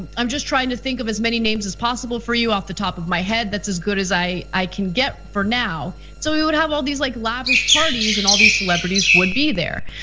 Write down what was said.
i'm just trying to think of as many names as possible for you off the top of my head. that's as good as i i can get for now. so we would have all these like lavish parties and all these celebrities would be there.